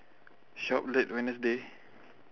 shop late wednesday